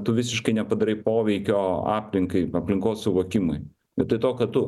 tu visiškai nepadarai poveikio aplinkai aplinkos suvokimui vietoj to kad tu